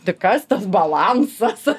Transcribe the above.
tai kas tas balansas